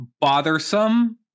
bothersome